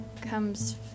comes